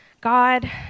God